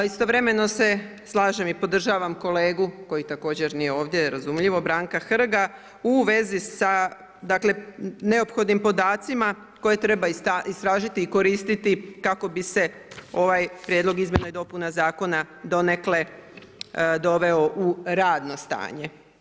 Istovremeno se slažem i podržavam kolegu koji također nije ovdje, razumljivo Branka Hrga u vezi sa dakle neophodnim podacima koje treba istražiti i koristiti kako bi se ovaj prijedlog izmjena i dopuna zakona donekle doveo u radno stanje.